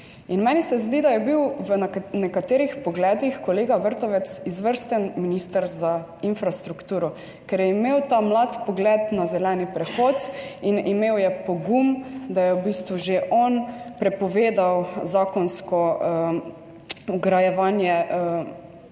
In meni se zdi, da je bil v nekaterih pogledih kolega Vrtovec izvrsten minister za infrastrukturo, ker je imel ta mlad pogled na zeleni prehod in imel je pogum, da je v bistvu že on prepovedal zakonsko vgrajevanje kotlov